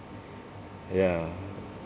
ya